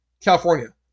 California